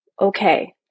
okay